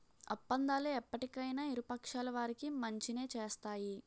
ఒప్పందాలు ఎప్పటికైనా ఇరు పక్షాల వారికి మంచినే చేస్తాయి